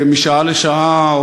משעה לשעה,